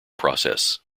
process